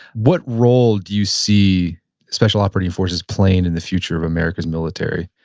what role do you see special operating forces playing in the future of america's military?